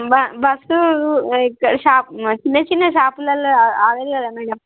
బ బస్సు చిన్నచిన్న షాపులలో ఆగదు కదా మేడం